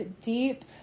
deep